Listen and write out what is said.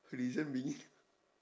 reason being